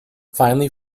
finally